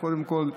קודם כול,